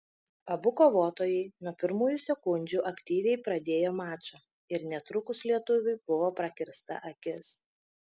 abu kovotojai nuo pirmųjų sekundžių aktyviai pradėjo mačą ir netrukus lietuviui buvo prakirsta akis